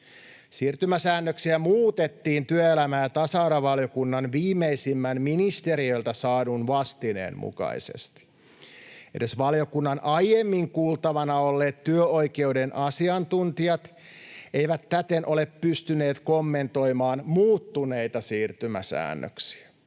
Siirtymäsäännöksiä muutettiin työelämä- ja tasa-arvovaliokunnan viimeisimmän ministeriöltä saadun vastineen mukaisesti. Edes valiokunnan aiemmin kuultavana olleet työoikeuden asiantuntijat eivät täten ole pystyneet kommentoimaan muuttuneita siirtymäsäännöksiä.